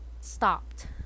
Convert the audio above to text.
stopped